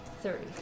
thirty